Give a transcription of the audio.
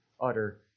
utter